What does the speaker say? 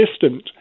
distant